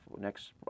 next